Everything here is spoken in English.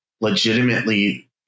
legitimately